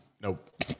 Nope